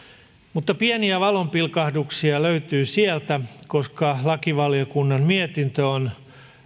mutta pieniä valonpilkahduksia löytyy sieltä koska lakivaliokunnan mietintö on